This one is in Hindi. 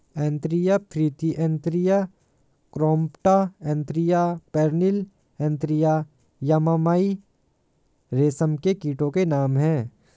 Antheraea frithi Antheraea compta Antheraea pernyi Antheraea yamamai रेशम के कीटो के नाम हैं